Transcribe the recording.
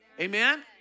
Amen